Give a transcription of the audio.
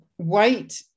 White